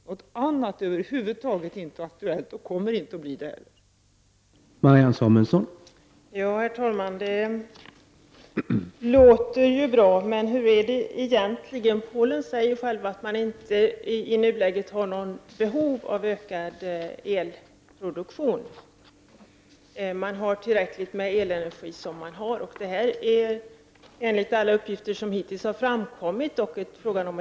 Något annat är över huvud taget inte aktuellt och kommer inte heller att bli det.